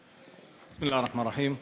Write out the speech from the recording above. בסם אללה א-רחמאן א-רחים,